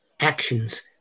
actions